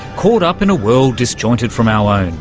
caught up in a world disjointed from our own.